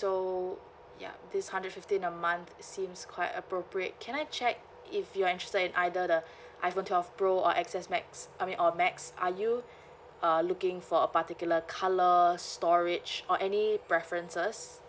so ya this hundred fifteen a month seems quite appropriate can I check if you are interested in either the iphone twelve pro or X_S max I mean or max are you uh looking for a particular colour storage or any preferences